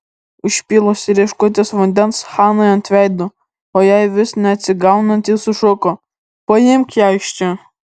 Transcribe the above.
užpylusi rieškutes vandens hanai ant veido o jai vis neatsigaunant ji sušuko paimk ją iš čia